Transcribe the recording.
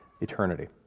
eternity